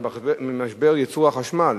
ממשבר ייצור החשמל.